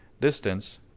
distance